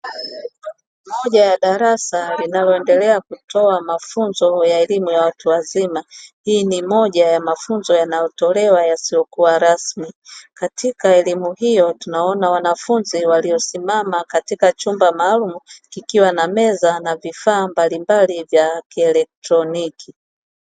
Moja ya darasa linaloendelea kutoa mafunzo ya elimu ya watu wazima. Hii ni moja ya mafunzo yanayotolewa ambayo yasiyokuwa rasmi. Katika elimu hiyo tunaona wanafunzi waliosimama katika chumba maalumu kikiwa na meza na vifaa mbalimbali vya kielektroniki.